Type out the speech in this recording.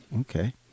okay